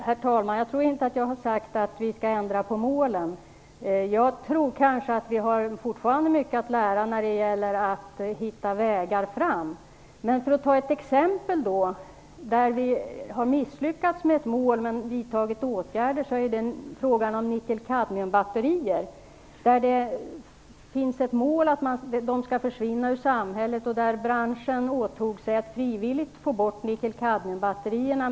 Herr talman! Jag tror inte att jag har sagt att vi skall ändra på målen. Vi har nog fortfarande mycket att lära när det gäller att hitta framkomliga vägar. För att ge ett exempel på att vi har misslyckats med ett mål men vidtagit åtgärder kan jag peka på frågan om nickel-kadmium-batterier. Målet är ju att dessa skall försvinna från samhället, och branschen har åtagit sig att frivilligt se till att vi får bort nickelkadmium-batterierna.